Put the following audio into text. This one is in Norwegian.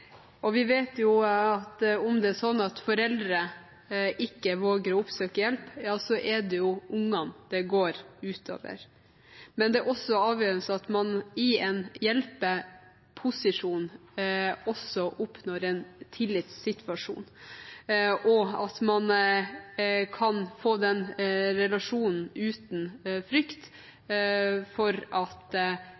Vi vet at om det er sånn at foreldre ikke våger å oppsøke hjelp, er det ungene det går ut over. Det er også avgjørende at man i en hjelpeposisjon også oppnår en tillitssituasjon, og at man kan få den relasjonen uten frykt